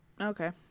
Okay